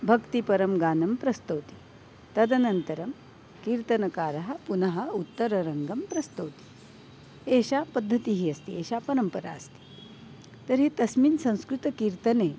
भक्तिपरं गानं प्रस्तौति तदनन्तरं कीर्तनकारः पुनः उत्तररङ्गं प्रस्तौति एषा पद्धतिः अस्ति एषा परम्परा अस्ति तर्हि तस्मिन् संस्कृतकीर्तने